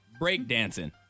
breakdancing